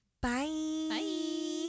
Bye